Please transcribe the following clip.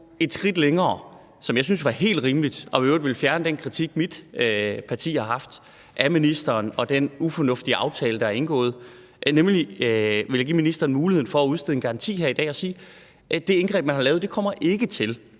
et skridt længere – det ville jeg synes være helt rimeligt, og det ville i øvrigt fjerne den kritik, mit parti er kommet med af ministeren og den ufornuftige aftale, der er indgået – altså, jeg vil give ministeren muligheden for at udstede en garanti her i dag og sige, at det indgreb, man har lavet, ikke kommer til